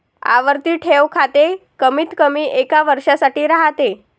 आवर्ती ठेव खाते कमीतकमी एका वर्षासाठी राहते